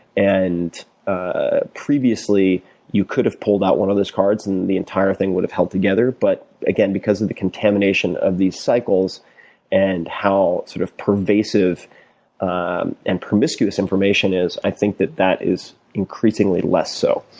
and ah previously you could have pulled out one of those cards and the entire thing would have held together, but, again, because of the contamination of these cycles and how sort of pervasive ah and promiscuous information is, i think that that is increasingly less so.